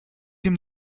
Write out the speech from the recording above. dem